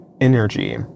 energy